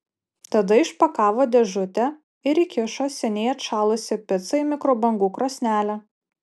tada išpakavo dėžutę ir įkišo seniai atšalusią picą į mikrobangų krosnelę